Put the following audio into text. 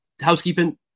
Housekeeping